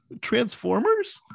transformers